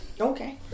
Okay